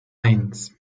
eins